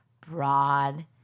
broad